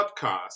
podcast